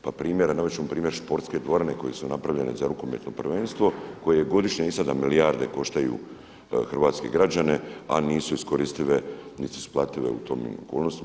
Pa primjer, navest ćemo primjer sportske dvorane koje su napravljene za rukometno prvenstvo koje je godišnje i sada milijarde koštaju hrvatske građane, a nisu iskoristive, niti su isplative u tim okolnostima.